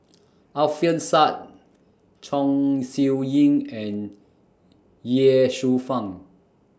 Alfian Sa'at Chong Siew Ying and Ye Shufang